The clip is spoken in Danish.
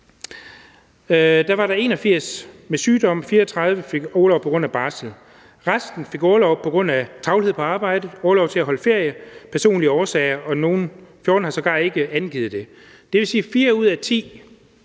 var der 81 med sygdom, 34 fik orlov på grund af barsel, mens resten fik orlov på grund af travlhed på arbejde, ferie, personlige årsager, og nogle, 14, har sågar ikke angivet det. Det vil sige, at 4 ud af 10